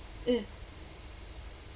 mm